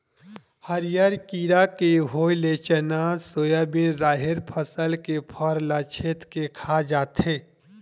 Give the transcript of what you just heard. हरियर कीरा के होय ले चना, सोयाबिन, राहेर फसल के फर ल छेंद के खा जाथे